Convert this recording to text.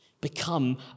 become